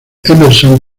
emerson